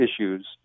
issues